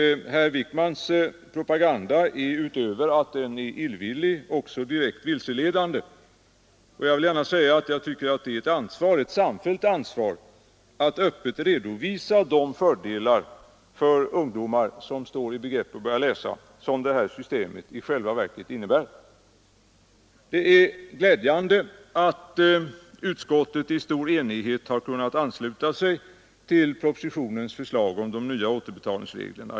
Herr Wiijkmans propaganda är utöver att den är illvillig också direkt vilseledande. Det är ett samfällt ansvar att öppet redovisa de fördelar detta system i själva verket innebär för ungdomar som står i begrepp att börja läsa. Det är glädjande att utskottet i stor enighet kunnat ansluta sig till propositionens förslag om de nya återbetalningsreglerna.